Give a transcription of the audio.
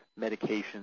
medications